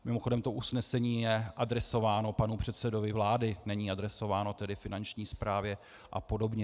Mimochodem to usnesení je adresováno panu předsedovi vlády, není adresováno tedy Finanční správě apod.